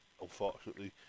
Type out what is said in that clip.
unfortunately